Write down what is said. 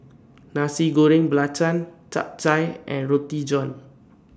Nasi Goreng Belacan Chap Chai and Roti John